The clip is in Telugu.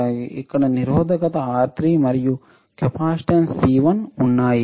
ఇక్కడ నిరోధకత R3 మరియు కెపాసిటెన్స్ C1 ఉన్నాయి